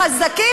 החזקים,